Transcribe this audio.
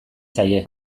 zaie